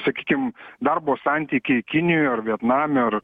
sakykim darbo santykiai kinijoj ar vietname ar